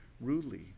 rudely